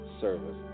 service